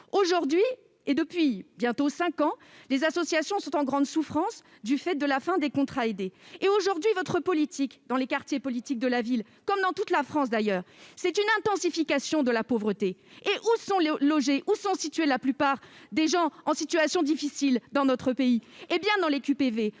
Aujourd'hui, et depuis bientôt cinq ans, des associations sont en grande souffrance du fait de la fin des contrats aidés. Votre politique dans les quartiers prioritaires de la politique de la ville, comme dans toute la France, d'ailleurs, conduit à une intensification de la pauvreté. Or où sont logés la plupart des gens en situation difficile dans notre pays, sinon dans les QPV ?